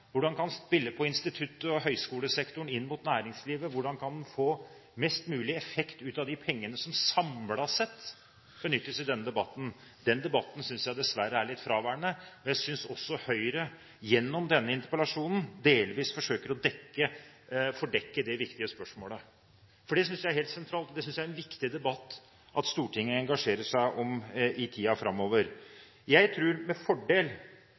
Hvordan skjer fordelingene? Hvordan kan man spille institutt- og høyskolesektoren inn mot næringslivet? Hvordan kan man få mest mulig effekt ut av de pengene som samlet sett benyttes? Den debatten synes jeg dessverre er litt fraværende. Jeg synes også Høyre gjennom denne interpellasjonen delvis forsøker å fordekke dette viktige spørsmålet. Dette synes jeg er helt sentralt. Det er en viktig debatt som jeg synes Stortinget bør engasjere seg i i tiden framover. Jeg tror at mye av forskningsinnsatsen totalt sett med fordel